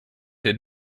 did